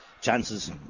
chances